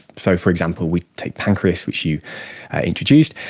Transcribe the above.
so, for example, we'd take pancreas, which you introduced.